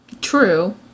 True